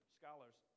scholars